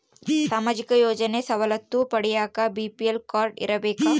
ಸಾಮಾಜಿಕ ಯೋಜನೆ ಸವಲತ್ತು ಪಡಿಯಾಕ ಬಿ.ಪಿ.ಎಲ್ ಕಾಡ್೯ ಇರಬೇಕಾ?